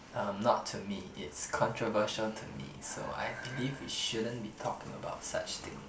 uh not to me it's controversial to me so I believe we shouldn't be talking about such things